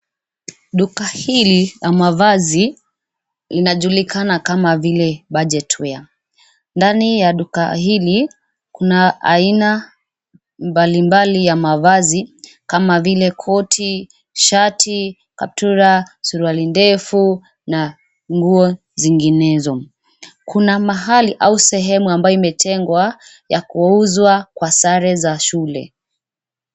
Duka hili la mavazi linajulikana kama vile Budget Wear. Ndani ya duka hili kuna aina mbalimbali ya mavazi kama vile koti, shati, kaptura, suruali ndefu na nguo zinginezo. Kuna mahali au sehemu ambayo imetengwa ya kuuzwa kwa sare za shule.